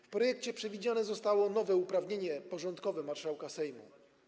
W projekcie przewidziane zostało nowe uprawnienie porządkowe marszałka Sejmu.